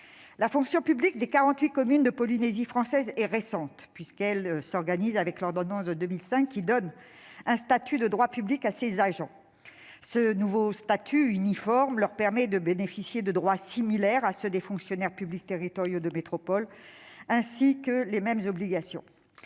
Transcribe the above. La fonction publique des quarante-huit communes de Polynésie française est récente : elle a été organisée en vertu de l'ordonnance de 2005, donnant un statut de droit public à ses agents. Ce nouveau statut uniforme leur permet de bénéficier de droits similaires à ceux des fonctionnaires publics territoriaux de métropole et leur confère les mêmes obligations.